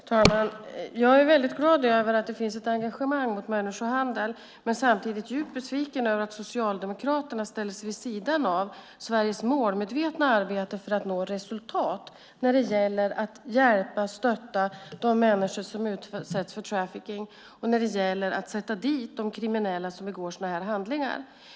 Herr talman! Jag är väldigt glad att det finns ett engagemang mot människohandel. Samtidigt är jag dock djupt besviken över att Socialdemokraterna ställer sig vid sidan av Sveriges målmedvetna arbete för att nå resultat när det gäller att hjälpa och stötta de människor som utsätts för trafficking och när det gäller att sätta dit de kriminella som begår sådana handlingar.